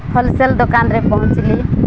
wholesale ଦୋକାନରେ ପହଞ୍ଚିଲି